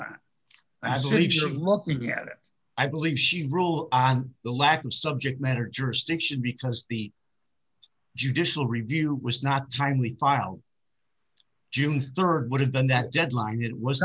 i'm looking at it i believe she ruled on the lack of subject matter jurisdiction because the judicial review was not timely pile june rd would have been that deadline it was